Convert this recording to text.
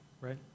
right